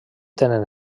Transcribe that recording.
tenen